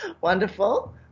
Wonderful